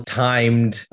timed